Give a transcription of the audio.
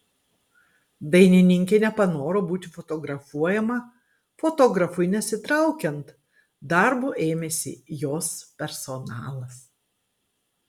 dainininkė nepanoro būti fotografuojama fotografui nesitraukiant darbo ėmėsi jos personalas